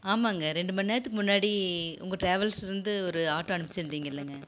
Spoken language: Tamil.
ஆமாங்க ரெண்டு மணிநேரத்துக்கு முன்னாடி உங்க டிராவல்ஸ்லேருந்து ஒரு ஆட்டோ அனுப்பிச்சி இருந்திங்களங்க